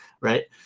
right